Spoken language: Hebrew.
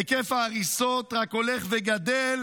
היקף ההריסות רק הולך וגדל,